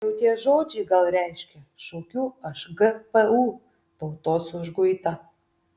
jau tie žodžiai gal reiškia šaukiu aš gpu tautos užguitą